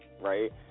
right